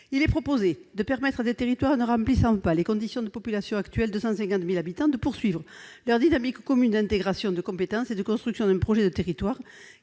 il est proposé de permettre à des territoires ne remplissant pas les conditions de population actuelles- 250 000 habitants - de poursuivre leur dynamique commune d'intégration de compétences et de construction d'un projet de territoire,